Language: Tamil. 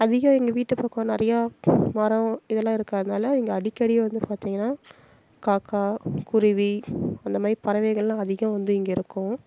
அதிகம் எங்கள் வீட்டு பக்கம் நிறையா மரம் இதெல்லாம் இருக்கறதுனால இங்கே அடிக்கடி வந்து பார்த்தீங்கன்னா காக்கை குருவி இந்தமாதிரி பறவைகளெலாம் அதிகம் வந்து இங்கேருக்கும்